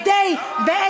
כדי, למה, ?